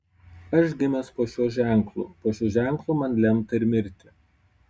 aš gimęs po šiuo ženklu po šiuo ženklu man lemta ir mirti